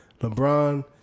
LeBron